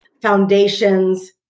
Foundations